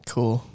Cool